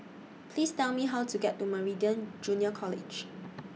Please Tell Me How to get to Meridian Junior College